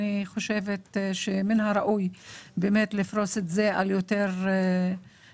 אני חושבת שמן הראוי לפרוס את זה על יותר תשלומים,